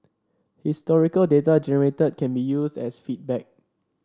historical data generated can be used as feedback